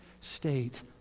state